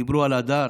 דיברו על הדר,